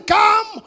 come